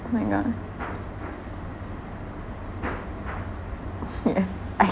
oh my god yes I